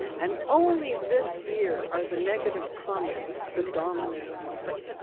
and only this year are the negative comments the dominant ones.